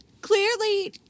Clearly